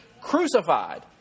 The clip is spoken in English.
Crucified